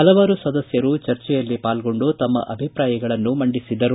ಪಲವಾರು ಸದಸ್ಯರು ಚರ್ಚೆಯಲ್ಲಿ ಪಾಲ್ಗೊಂಡು ತಮ್ಮ ತಮ್ಮ ಅಭಿಪ್ರಾಯಗಳನ್ನು ಮಂಡಿಸಿದರು